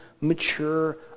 mature